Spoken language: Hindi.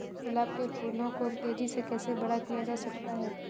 गुलाब के फूलों को तेजी से कैसे बड़ा किया जा सकता है?